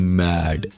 mad